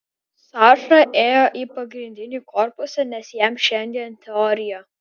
saša ėjo į pagrindinį korpusą nes jam šiandien teorija